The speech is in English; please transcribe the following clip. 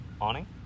awning